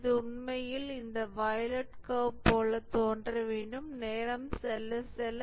இது உண்மையில் இந்த வயலட் கர்வ்ப் போல தோன்ற வேண்டும் நேரம் செல்ல செல்ல